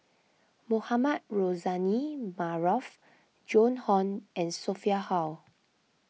Mohamed Rozani Maarof Joan Hon and Sophia Hull